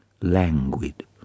languid